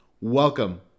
Welcome